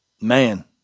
man